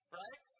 right